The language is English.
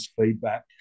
feedback